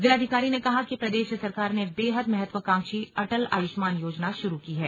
जिलाधिकारी ने कहा कि प्रदेश सरकार ने बेहद महत्वकांक्षी अटल आयुष्मान योजना शुरू की है